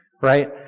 right